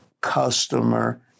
customer